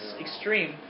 extreme